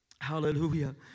Hallelujah